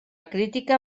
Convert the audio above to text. crítica